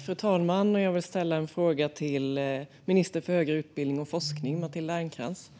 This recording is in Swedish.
Fru talman! Jag vill ställa en fråga till ministern för högre utbildning och forskning, Matilda Ernkrans.